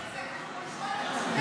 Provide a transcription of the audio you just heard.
אני שואלת --- לא,